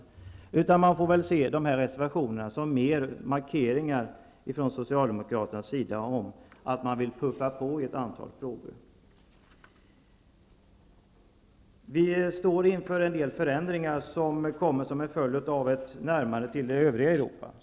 Reservationerna får väl ses mer som markeringar av Socialdemokraterna om att man vill ''puffa på'' i ett antal frågor. Vi står inför en del förändringar till följd av ett närmande till det övriga Europa.